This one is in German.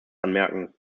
anmerken